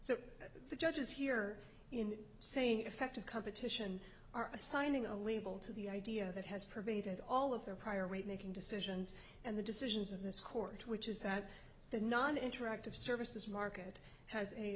so the judges here in saying effective competition are assigning a label to the idea that has pervaded all of their prior weight making decisions and the decisions of this court which is that the non interactive services market has a